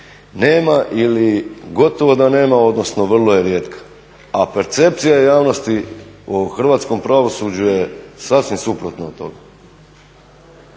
nema ili gotovo da nema odnosno vrlo je rijetka. A percepcija javnosti o hrvatskom pravosuđu je sasvim suprotno od toga.